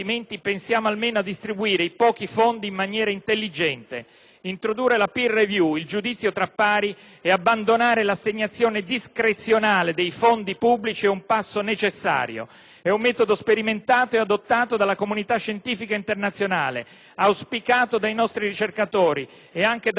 Introdurre la *peer review*, il giudizio tra pari, e abbandonare l'assegnazione discrezionale dei fondi pubblici è un passo necessario. È un metodo sperimentato e adottato dalla comunità scientifica internazionale, auspicato dai nostri ricercatori e anche dalla realtà industriale italiana, come ha ribadito di recente anche Sergio Dompé, presidente